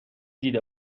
دیده